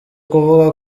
kuvuga